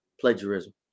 plagiarism